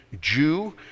Jew